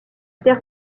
terre